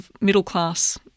middle-class